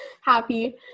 happy